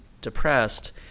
depressed